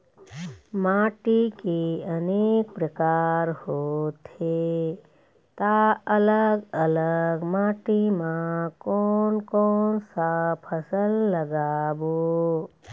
माटी के अनेक प्रकार होथे ता अलग अलग माटी मा कोन कौन सा फसल लगाबो?